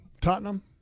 Tottenham